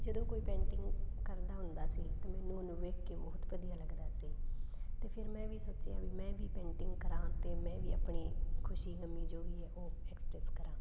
ਜਦੋਂ ਕੋਈ ਪੇਂਟਿੰਗ ਕਰਦਾ ਹੁੰਦਾ ਸੀ ਤਾਂ ਮੈਨੂੰ ਉਹਨੂੰ ਵੇਖ ਕੇ ਬਹੁਤ ਵਧੀਆ ਲੱਗਦਾ ਸੀ ਤਾਂ ਫਿਰ ਮੈਂ ਵੀ ਸੋਚਿਆ ਵੀ ਮੈਂ ਵੀ ਪੇਂਟਿੰਗ ਕਰਾਂ ਅਤੇ ਮੈਂ ਵੀ ਆਪਣੀ ਖੁਸ਼ੀ ਗਮੀ ਜੋ ਵੀ ਹੈ ਉਹ ਐਕਪ੍ਰੈਸ ਕਰਾਂ